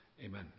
Amen